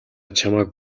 чамайг